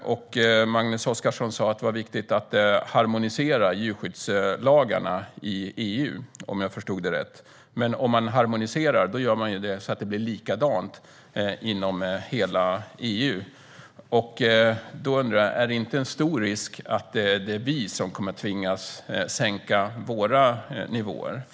Magnus Oscarsson sa att det är viktigt att harmonisera djurskyddslagarna i EU, om jag förstod det rätt. Men om man harmoniserar gör man ju det så att det blir likadant inom hela EU. Då undrar jag: Är det inte en stor risk att vi kommer att tvingas sänka våra nivåer?